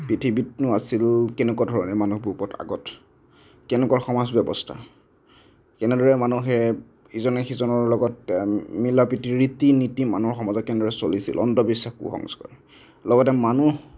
পৃথিৱীতনো আছিল কেনেকুৱা ধৰণে মানুহবোৰ আগত কেনেকুৱা সমাজ ব্যৱস্থা কেনেদৰে মানুহে ইজনে সিজনৰ লগত মিলা প্ৰীতি ৰীতি নীতি মানুহৰ সমাজত কেনেদৰে চলিছিল অন্ধবিশ্বাস কুসংস্কাৰ লগতে মানুহ